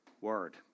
Word